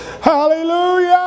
Hallelujah